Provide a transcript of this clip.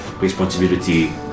responsibility